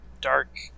dark